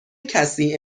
کسی